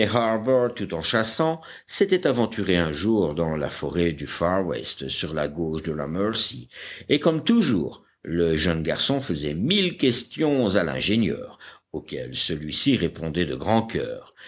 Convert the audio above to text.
tout en chassant s'étaient aventurés un jour dans la forêt du far west sur la gauche de la mercy et comme toujours le jeune garçon faisait mille questions à l'ingénieur auxquelles celui-ci répondait de grand coeur